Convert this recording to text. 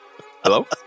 Hello